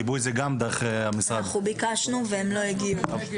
אנחנו ביקשנו, והם לא הגיעו.